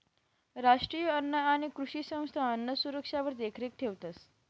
राष्ट्रीय अन्न आणि कृषी संस्था अन्नसुरक्षावर देखरेख ठेवतंस